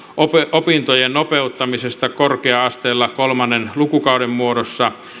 opintojen nopeuttamisesta korkea asteella kolmannen lukukauden muodossa